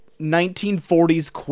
1940s